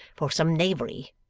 for some knavery,